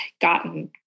gotten